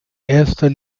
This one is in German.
erster